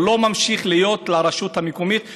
או לא ממשיך להיות של הרשות המקומית,